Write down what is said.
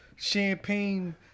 Champagne